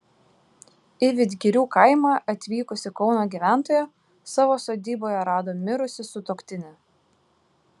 į vidgirių kaimą atvykusi kauno gyventoja savo sodyboje rado mirusį sutuoktinį